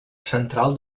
central